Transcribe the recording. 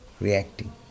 reacting